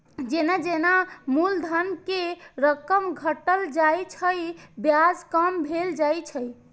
जेना जेना मूलधन के रकम घटल जाइ छै, ब्याज कम भेल जाइ छै